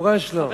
מפורש לא.